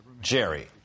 Jerry